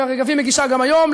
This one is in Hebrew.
ו"רגבים" מגישה גם היום,